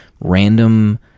random